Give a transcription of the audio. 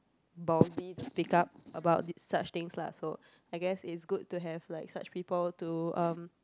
ballsy to speak up about the such things lah so I guess it's good to have like such people to um